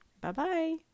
Bye-bye